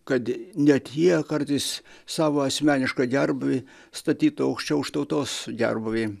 kad net jie kartais savo asmenišką gerbūvį statytų aukščiau už tautos gerbūvį